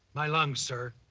my lungs, sir.